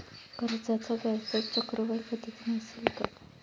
कर्जाचा व्याजदर चक्रवाढ पद्धतीने असेल का?